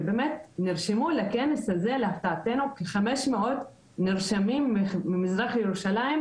ובאמת נרשמו לכנס הזה להפתעתנו כ-500 נרשמים ממזרח ירושלים,